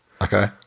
Okay